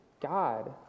God